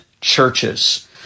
churches